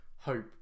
hope